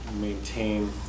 maintain